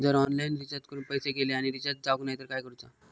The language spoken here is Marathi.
जर ऑनलाइन रिचार्ज करून पैसे गेले आणि रिचार्ज जावक नाय तर काय करूचा?